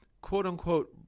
quote-unquote